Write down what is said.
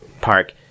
park